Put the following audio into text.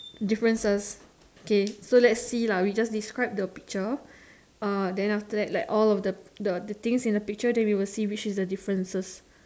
differences K so let's see lah we just describe the picture uh then after that all of the the the things in the picture then we will see which is the differences